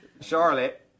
Charlotte